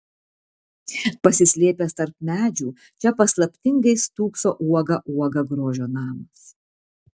pasislėpęs tarp medžių čia paslaptingai stūkso uoga uoga grožio namas